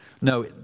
No